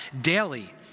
daily